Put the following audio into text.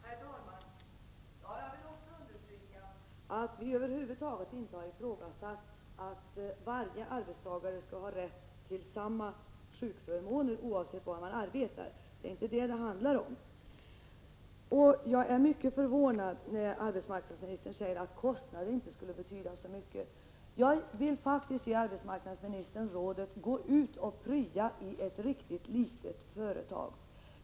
Herr talman! Jag vill också understryka att vi över huvud taget inte har ifrågasatt att varje arbetstagare skall ha rätt till samma sjukförmåner oavsett var han arbetar — det är inte det frågan handlar om. Jag är mycket förvånad när arbetsmarknadsministern säger att kostnaden inte skulle betyda så mycket. Jag vill faktiskt ge arbetsmarknadsministern rådet: gå ut och prya i ett mycket litet företag.